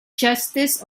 justice